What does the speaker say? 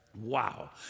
Wow